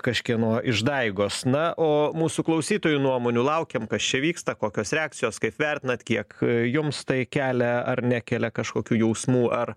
kažkieno išdaigos na o mūsų klausytojų nuomonių laukiam kas čia vyksta kokios reakcijos kaip vertinat kiek jums tai kelia ar nekelia kažkokių jausmų ar